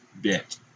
bit